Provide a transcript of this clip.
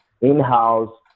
in-house